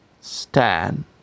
stand